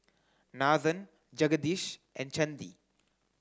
Nathan Jagadish and Chandi